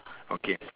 okay